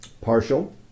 partial